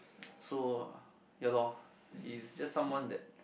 so ya lor he is just someone that